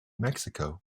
mexico